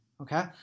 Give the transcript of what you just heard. okay